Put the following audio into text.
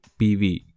PV